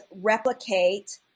replicate